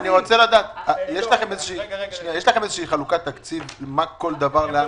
אני רוצה לדעת: יש לכם חלוקת תקציב לאן כל דבר הולך?